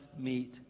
meet